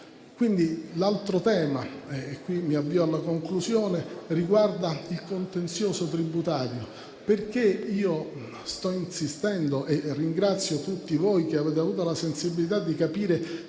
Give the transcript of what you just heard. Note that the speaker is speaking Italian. L'altro tema riguarda il contenzioso tributario, su cui sto insistendo e ringrazio tutti voi che avete avuto la sensibilità di capire